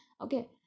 Okay